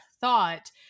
thought